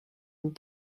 vous